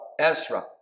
Ezra